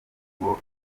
ngo